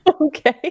Okay